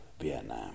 Vietnam